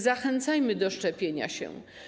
Zachęcajmy więc do szczepienia się.